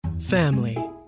Family